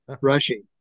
rushing